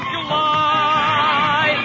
July